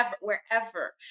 wherever